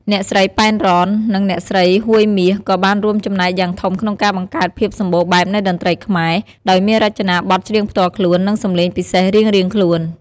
អ្នកស្រី ប៉ែន រ៉ន និងអ្នកស្រី ហួយ មាស ក៏បានរួមចំណែកយ៉ាងធំក្នុងការបង្កើតភាពសម្បូរបែបនៃតន្ត្រីខ្មែរ ដោយមានរចនាបថច្រៀងផ្ទាល់ខ្លួន និងសំឡេងពិសេសរៀងៗខ្លួន។